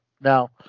Now